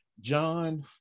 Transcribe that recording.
john